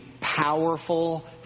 powerful